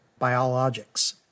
biologics